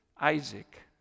Isaac